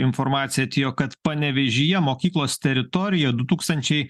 informacija atėjo kad panevėžyje mokyklos teritorijoj du tūkstančiai